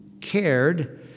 cared